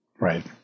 Right